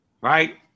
right